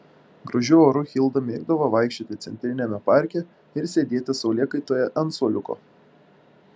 gražiu oru hilda mėgdavo vaikščioti centriniame parke ir sėdėti saulėkaitoje ant suoliuko